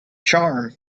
charm